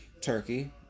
Turkey